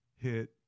hit